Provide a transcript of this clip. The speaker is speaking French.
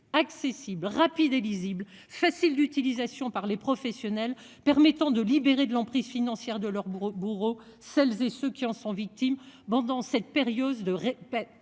accessible rapide et lisible, facile d'utilisation par les professionnels permettant de libérer de l'emprise financière de leurs bourreaux. Celles et ceux qui en sont victimes. Bon dans cette période de répète